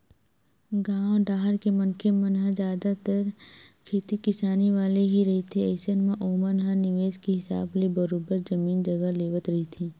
गाँव डाहर के मनखे मन ह जादतर खेती किसानी वाले ही रहिथे अइसन म ओमन ह निवेस के हिसाब ले बरोबर जमीन जघा लेवत रहिथे